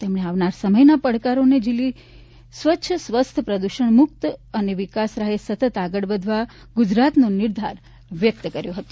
તેમણે આવનારા સમયના પડકારો ઝીલી સ્વચ્છ સ્વસ્થ પ્રદૂષણમુક્ત અને વિકાસ રાહે સતત આગળ વધવા ગુજરાતનો નિર્ધાર વ્યક્ત કર્યો હતો